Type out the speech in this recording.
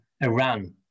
Iran